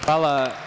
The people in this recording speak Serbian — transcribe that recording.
Hvala.